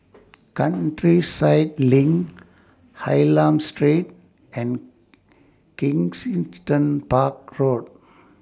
Countryside LINK Hylam Street and Kensington Park Road